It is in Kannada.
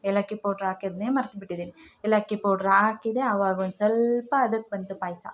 ಏಲಕ್ಕಿ ಪೌಡ್ರ್ ಹಾಕೋದ್ನೇ ಮರೆತ್ಬಿಟ್ಟಿದ್ದಿನಿ ಏಲಕ್ಕಿ ಪೌಡ್ರ್ ಹಾಕಿದೆ ಆವಾಗೊಂದು ಸ್ವಲ್ಪ ಹದಕ್ ಬಂತು ಪಾಯಸ